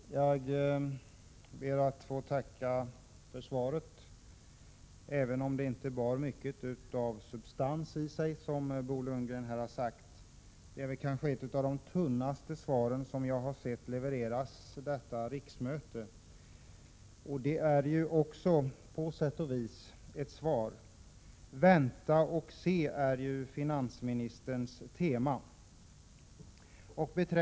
Herr talman! Jag ber att få tacka för svaret, även om det, som Bo Lundgren sade, inte bar mycket av substans i sig. Det är ett av de kanske tunnaste svar som jag har sett levereras under detta riksmöte. På sätt och vis är ju också detta ett svar. Vänta och se, är finansministerns tema.